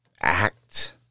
act